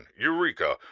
Eureka